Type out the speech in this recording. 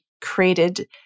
created